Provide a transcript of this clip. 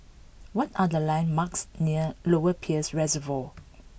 what are the landmarks near Lower Peirce Reservoir